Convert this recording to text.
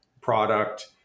product